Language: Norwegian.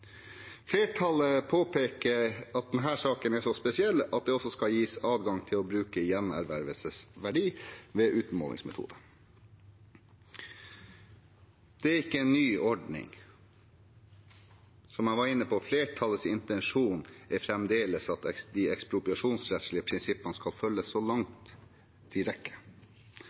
Flertallet påpeker at denne saken er så spesiell at det også skal gis adgang til å bruke gjenervervsverdi ved utmålingsmetode. Det er ikke en ny ordning. Som jeg var inne på, er flertallets intensjon fremdeles at de ekspropriasjonsrettslige prinsippene skal følges, så langt